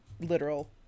literal